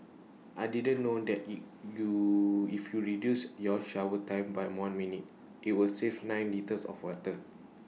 I didn't know that you if you reduce your shower time by one minute IT will save nine litres of water